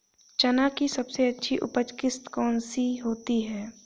चना की सबसे अच्छी उपज किश्त कौन सी होती है?